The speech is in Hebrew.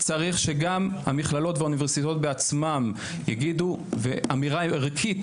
צריך שגם המכללות ואוניברסיטאות בעצמן יגידו אמירה ערכית